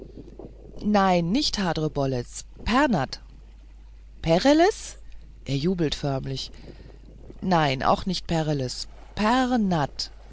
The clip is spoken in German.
nein nicht hadrbolletz pernath pereles er jubelt förmlich nein auch nicht pereies